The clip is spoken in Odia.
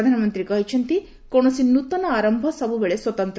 ପ୍ରଧାନମନ୍ତ୍ରୀ କହିଛନ୍ତି କୌଣସି ନୃତନ ଆରମ୍ଭ ସବୁବେଳେ ସ୍ୱତନ୍ତ